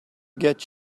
get